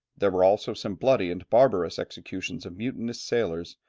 there were also some bloody and barbarous executions of mutinous sailors,